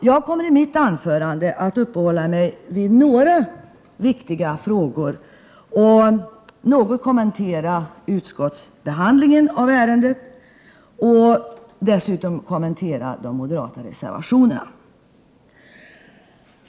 Jag kommer i mitt anförande att uppehålla mig vid några viktiga frågor och något kommentera utskottsbehandlingen av ärendet samt dessutom kommentera de moderata reservationerna.